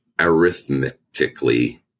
arithmetically